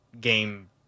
game